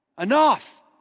Enough